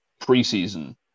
preseason